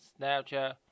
Snapchat